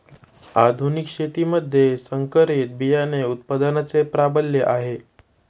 आधुनिक शेतीमध्ये संकरित बियाणे उत्पादनाचे प्राबल्य आहे